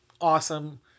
Awesome